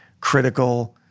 critical